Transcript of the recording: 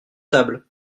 tables